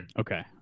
Okay